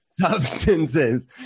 substances